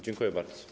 Dziękuję bardzo.